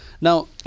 Now